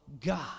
God